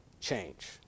change